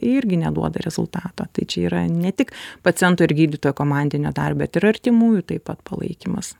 irgi neduoda rezultato tai čia yra ne tik paciento ir gydytojo komandinė dar bet ir artimųjų taip pat palaikymas